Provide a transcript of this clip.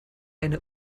eine